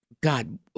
God